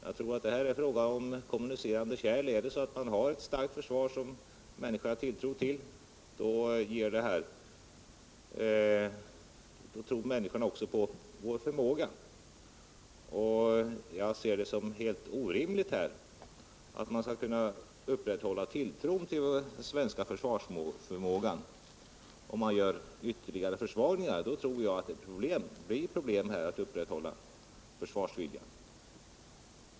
Jag tror att det är en fråga om kommunicerande kärl: har vi ett starkt försvar, som vi har tilltro till, då tror människorna också på vår förmåga. Jag ser det som helt orimligt att kunna upprätthålla tilltron till den svenska försvarsförmågan, om vi genomför ytterligare försvagningar. Då blir det ett problem att upprätthålla försvarsviljan.